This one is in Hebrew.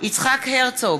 יצחק הרצוג,